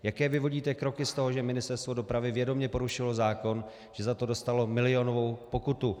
Jaké vyvodíte kroky z toho, že Ministerstvo dopravy vědomě porušilo zákon, že za to dostalo milionovou pokutu?